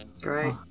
Great